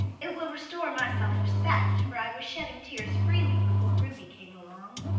it will restore my self-respect, for i was shedding tears freely before ruby came along.